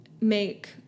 make